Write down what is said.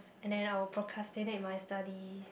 and then I will procrastinate my study